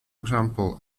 example